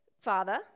father